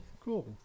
Cool